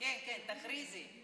כן כן, תכריזי.